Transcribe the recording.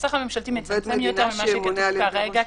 הנוסח הממשלתי מצומצם יותר ממה שכתוב כרגע,